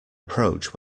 approach